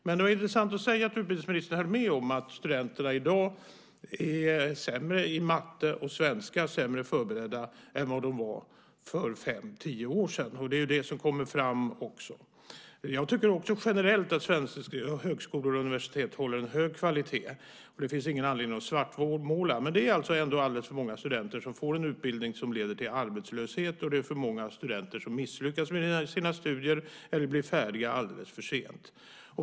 Det var dock intressant att utbildningsministern höll med om att studenterna i dag är sämre förberedda i matte och svenska än vad de var för fem-tio år sedan. Det är ju också det som kommer fram. Jag tycker också generellt att svenska högskolor och universitet håller en hög kvalitet. Det finns ingen anledning att svartmåla. Ändå är det alldeles för många studenter som får en utbildning som leder till arbetslöshet. Det är för många studenter som misslyckas med sina studier eller blir färdiga alldeles för sent.